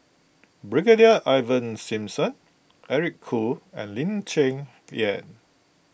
Brigadier Ivan Simson Eric Khoo and Lee Cheng Yan